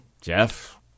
Jeff